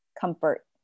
comfort